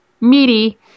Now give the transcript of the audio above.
meaty